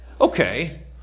Okay